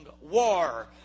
war